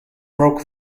broke